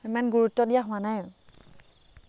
ইমান গুৰুত্ব দিয়া হোৱা নাই